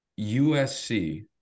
usc